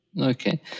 Okay